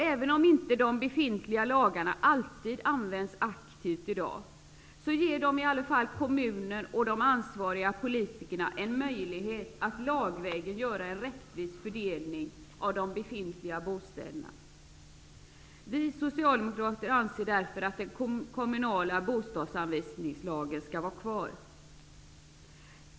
Även om inte de befintliga lagarna alltid används aktivt i dag, ger de i alla fall kommunerna och de ansvariga politikerna en möjlighet att lagvägen göra en rättvis fördelning av de befintliga bostäderna. Vi socialdemokrater anser därför att den kommunala bostadsanvisningslagen skall vara kvar.